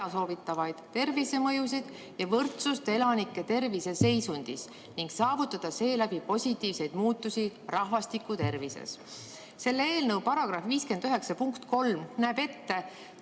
ebasoovitavaid tervisemõjusid ja ebavõrdsust elanike terviseseisundis ning saavutada seeläbi positiivseid muutusi rahvastiku tervises. Selle eelnõu § 59 punkt 3 näeb ette